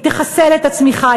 היא תחסל את הצמיחה,